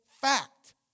fact